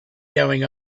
going